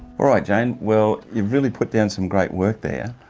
alright jane, well you've really put down some great work there,